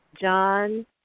John